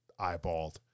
eyeballed